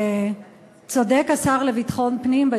צודק השר לביטחון פנים,